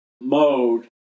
mode